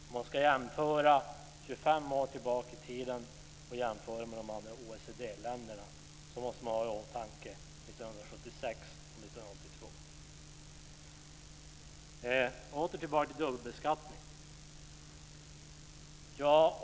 Om man ska jämföra 25 år tillbaka i tiden med de andra OECD-länderna måste man ha de årtalen i åtanke: år 1976 och år 1982. Åter tillbaka till dubbelbeskattningen.